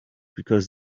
because